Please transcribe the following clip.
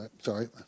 sorry